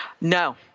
No